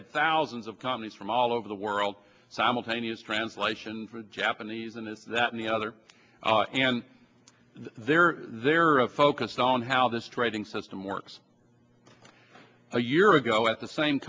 have thousands of companies from all over the world simultaneous translation for japanese and in that in the other and they're there are a focus on how this trading system works a year ago at the same